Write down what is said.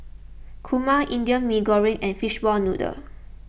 Kurma Indian Mee Goreng and Fishball Noodle